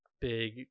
big